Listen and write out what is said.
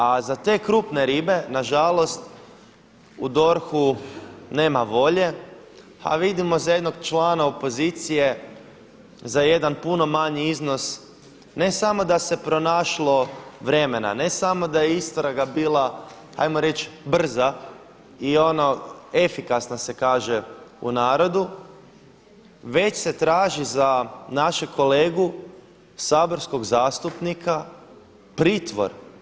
A za te krupne ribe nažalost u DORH-u nema volje, a vidimo za jednog člana opozicije za jedan puno manji iznos ne samo da se pronašlo vremena, ne samo da je istraga bila ajmo reći brza i ono efikasna se kaže u narodu, već se traži za našeg kolegu saborskog zastupnika pritvor.